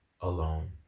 alone